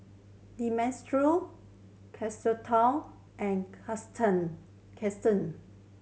Demetrio Carlota and Kirsten